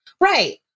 Right